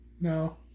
no